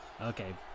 okay